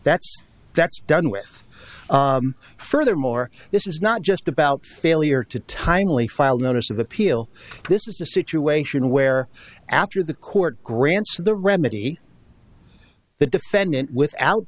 that's that's done with furthermore this is not just about failure to timely filed a notice of appeal this is a situation where after the court grants the remedy the defendant without